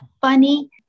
funny